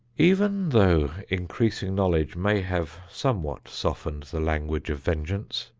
even though increasing knowledge may have somewhat softened the language of vengeance,